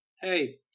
Hey